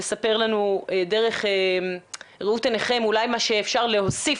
לספר לנו דרך ראות עיניכם אולי מה שאפשר להוסיף